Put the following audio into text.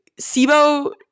SIBO